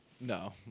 No